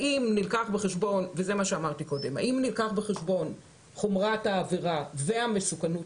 האם נלקחת בחשבון חומרת העבירה והמסוכנות